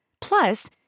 Plus